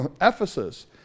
Ephesus